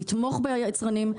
נתמוך ביצרנים,